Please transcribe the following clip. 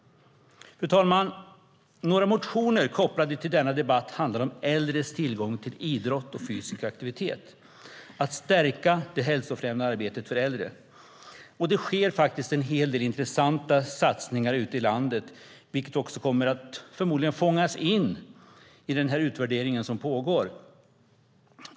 Fru talman! Några motioner kopplade till denna debatt handlar om äldres tillgång till idrott och fysisk aktivitet, att stärka det hälsofrämjande arbetet för äldre. Det sker faktiskt en hel del intressanta satsningar ute i landet, vilket förmodligen också kommer att fångas in i den utvärdering som pågår.